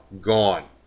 gone